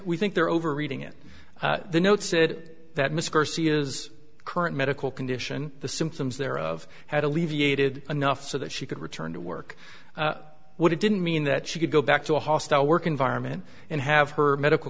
we think they're over reading it the note said that mr c is current medical condition the symptoms there of had alleviated enough so that she could return to work what it didn't mean that she could go back to a hostile work environment and have her medical